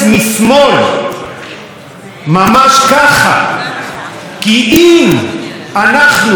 אם אנחנו היינו צריכים שהממשלה הזאת תקים את המדינה,